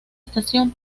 estación